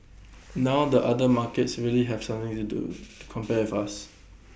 now the other markets really have something to compare with us